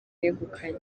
yegukanye